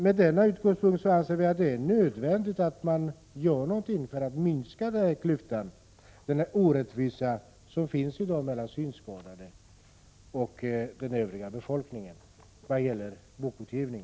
Med denna utgångspunkt anser vi att det är nödvändigt att göra någonting för att minska den orättvisa som i dag finns mellan synskadade och den övriga befolkningen vad gäller bokutgivning.